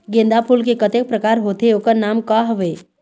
गेंदा फूल के कतेक प्रकार होथे ओकर नाम का हवे?